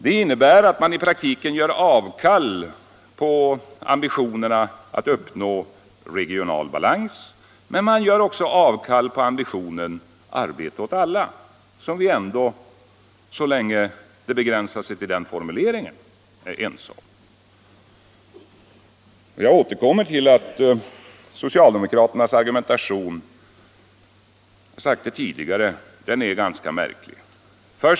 Då gör man i praktiken avkall på ambitionerna att uppnå regional balans, men man gör också avkall på ambitionen arbete åt alla, som vi ju ändå — så länge det begränsar sig till den formuleringen — är ense om. Sedan återkommer jag till socialdemokraternas argumentation, som jag tycker är ganska märklig. Det har jag också understrukit i tidigare debatter.